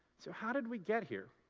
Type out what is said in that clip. so, how did we get here?